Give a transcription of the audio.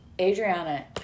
Adriana